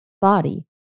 body